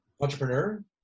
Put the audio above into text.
Entrepreneur